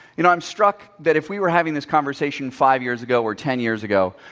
you know, i'm struck that if we were having this conversation five years ago or ten years ago